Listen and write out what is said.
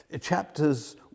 Chapters